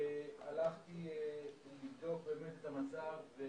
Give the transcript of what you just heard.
הלכתי לבדוק את המצב של